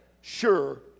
sure